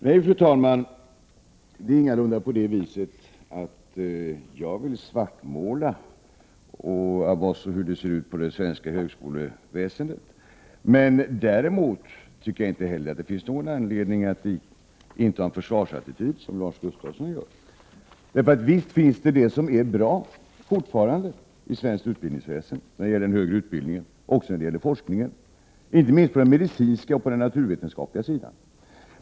Fru talman! Nej, ingalunda vill jag svartmåla förhållandena inom det svenska högskoleväsendet. Jag tycker inte heller att det finns någon anledning att inta en försvarsattityd som Lars Gustafsson gör. Visst finns det fortfarande sådant som är bra i svenskt utbildningsväsende när det gäller den högre utbildningen och även när det gäller forskningen, inte minst på den medicinska och på den naturvetenskapliga sidan.